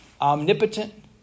Omnipotent